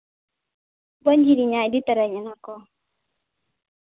ᱵᱟᱹᱧ ᱦᱤᱲᱤᱧᱟ ᱤᱫᱤ ᱛᱟᱨᱟᱭᱟᱹᱧ ᱚᱱᱟ ᱠᱚ